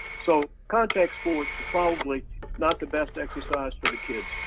so contact sports are probably not the best exercise for the kids.